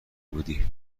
بودی